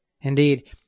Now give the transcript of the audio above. Indeed